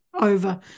over